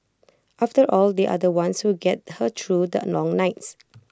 after all they are the ones who get her through the long nights